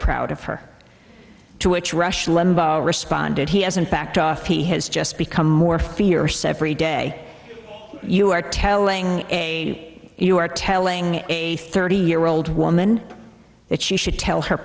proud of her to which rush limbaugh responded he hasn't backed off he has just become more fierce every day you are telling a you are telling a thirty year old woman that she should tell her